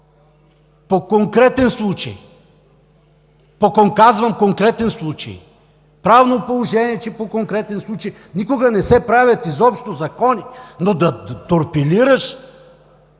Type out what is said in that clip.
по конкретен случай, казвам конкретен случай, правно положение е, че по конкретен случай никога не се правят изобщо закони, но да торпилираш